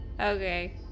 okay